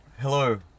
hello